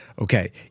okay